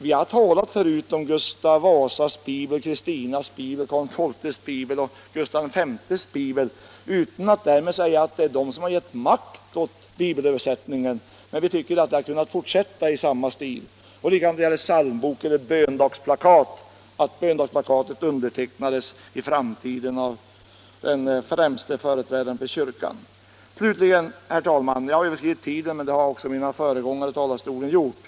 Vi har tidigare talat om Gustav Vasas bibel, om Kristinas bibel, om Karl XII:s bibel och om Gustaf V:s bibel utan att därmed säga att det är dessa som har givit makt åt bibelöversättningen, och vi hade kunnat fortsätta i samma stil. Likadant när det gäller psalmbok eller böndags Nr 24 KYTKAID 19 november 1975 Herr talman! Jag har överskridit den tid jag hade antecknat mig för, = men det har också mina föregångare i talarstolen gjort.